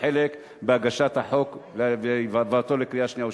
חלק בהגשת החוק ובהבאתו לקריאה שנייה ושלישית.